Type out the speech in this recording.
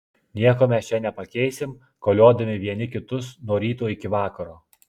nieko mes čia nepakeisim koliodami vieni kitus nuo ryto iki vakaro